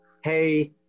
hey